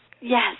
Yes